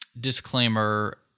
disclaimer